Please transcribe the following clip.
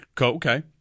Okay